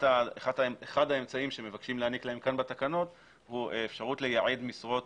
אחד האמצעים שמבקשים להעניק להן כאן בתקנות הוא אפשרות לייעד משרות